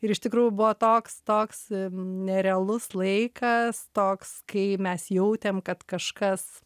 ir iš tikrųjų buvo toks toks nerealus laikas toks kai mes jautėm kad kažkas